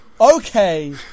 Okay